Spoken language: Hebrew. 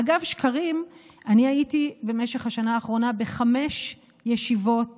אגב שקרים, הייתי במשך השנה האחרונה בחמש ישיבות